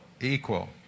Equal